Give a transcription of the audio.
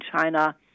China